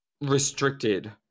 restricted